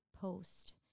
post